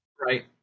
right